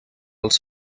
els